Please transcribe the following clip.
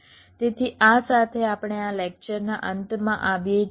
તેથી આ સાથે આપણે આ લેક્ચરના અંતમાં આવીએ છીએ